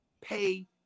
pay